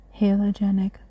halogenic